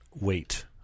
weight